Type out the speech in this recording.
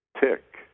Tick